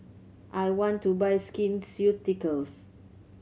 I want to buy Skin Ceuticals